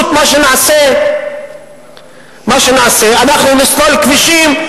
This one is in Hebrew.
מה שנעשה הוא לסלול כבישים,